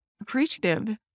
appreciative